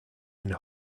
and